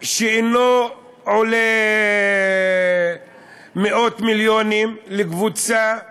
שאינו עולה מאות מיליונים לקבוצה בתוכנו,